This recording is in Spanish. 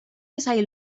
ensayo